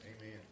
Amen